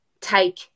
take